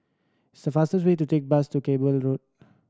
it's faster to take bus to Cable Road